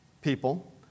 people